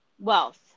wealth